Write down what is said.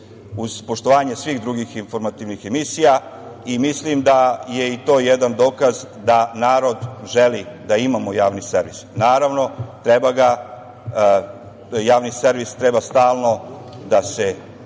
poštovanje svih drugih informativnih emisija i mislim da je i to jedan dokaz da narod želi da imamo javni servis. Naravno, treba ga, javni servis treba stalno da se